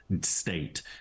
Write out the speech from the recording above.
state